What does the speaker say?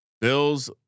Bills